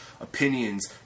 opinions